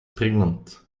pregnant